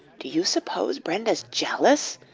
do you suppose brenda's jealous?